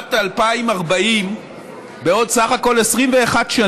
בשנת 2040, בעוד בסך הכול 21 שנים,